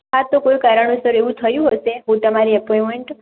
હા તો કોઈ કારણોસર એવું થયું હશે હું તમારી એપોઇન્મેન્ટ